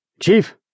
Chief